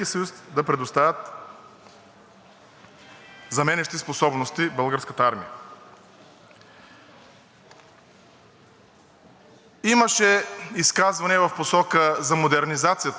Имаше изказване в посока за модернизацията на Българската армия, дали се обвързва с това решение. Разбира се, че не, уважаеми госпожи и господа народни представители!